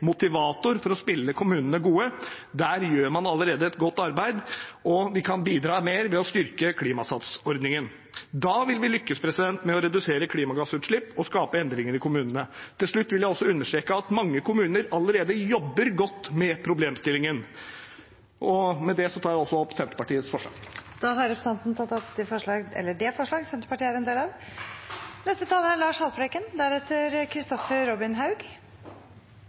motivator, for å spille kommunene gode. Der gjør man allerede et godt arbeid, og vi kan bidra mer ved å styrke Klimasatsordningen. Da vil vi lykkes med å redusere klimagassutslipp og skape endringer i kommunene. Til slutt vil jeg understreke at mange kommuner allerede jobber godt med problemstillingen. Med det tar jeg opp forslag nr. 2, som Senterpartiet er med på. Representanten Ole André Myhrvold har tatt opp det forslaget Senterpartiet refererte til. Klimakur 2030 viser at det er